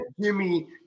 Jimmy